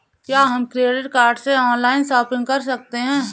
क्या हम credit card से ऑनलाइन शॉपिंग कर सकते हैं?